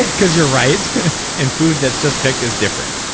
because you're right and food that's just picked is different.